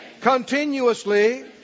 continuously